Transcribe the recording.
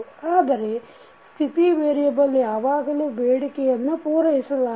ಆದರೆ ಸ್ಥಿತಿ ವೇರಿಯಬಲ್ ಯಾವಾಗಲೂ ಬೇಡಿಕೆಯನ್ನು ಪೂರೈಸಲಾರದು